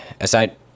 aside